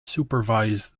supervise